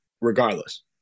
regardless